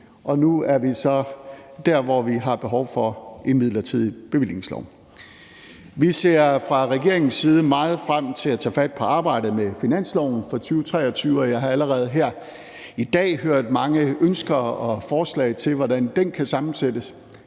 nu er vi så der, hvor vi har behov for en midlertidig bevillingslov. Vi ser fra regeringens side meget frem til at tage fat på arbejdet med finansloven for 2023, og jeg har allerede her i dag hørt mange ønsker og forslag til, hvordan den kan sammensættes.